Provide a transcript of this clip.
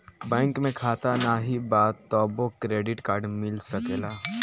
Bank में खाता नाही बा तबो क्रेडिट कार्ड मिल सकेला?